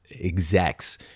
execs